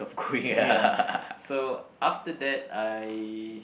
ya so after that I